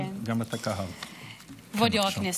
כבוד היושב-ראש,